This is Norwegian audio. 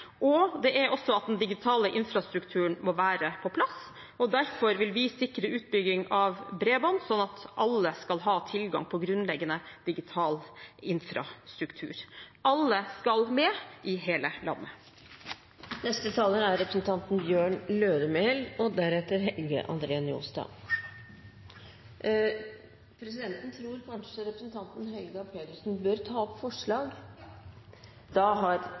politisk vilje og også at den digitale infrastrukturen må være på plass. Derfor vil vi sikre utbygging av bredbånd, slik at alle skal ha tilgang til grunnleggende digital infrastruktur. Alle skal med – i hele landet. Jeg tar til slutt opp forslagene nr. 1–4, fra Arbeiderpartiet, Senterpartiet og Sosialistisk Venstreparti. Representanten Helga Pedersen har tatt opp